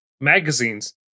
magazines